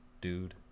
dude